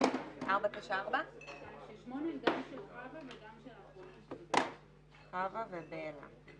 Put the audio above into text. בשעה 13:50.